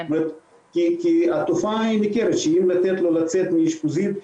כי זו תופעה ניכרת שאם ניתן לצאת מאשפוזית,